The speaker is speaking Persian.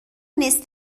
نصف